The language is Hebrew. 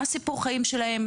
מה הסיפור חיים שלהם,